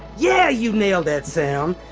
yeah, you nailed that sound!